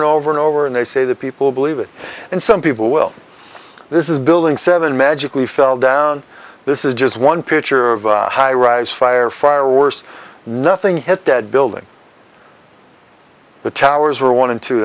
and over and over and they say the people believe it and some people will this is building seven magically fell down this is just one pitcher of high rise fire fire worse nothing hit that building the towers were